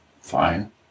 fine